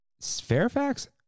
Fairfax